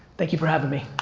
thank you for having me.